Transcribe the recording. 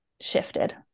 shifted